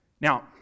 Now